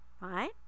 right